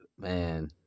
man